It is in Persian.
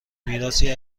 میراثی